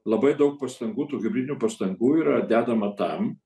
labai daug pastangų tų hibridinių pastangų yra dedama tam